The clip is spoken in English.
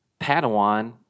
Padawan